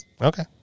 Okay